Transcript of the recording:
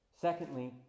Secondly